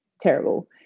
terrible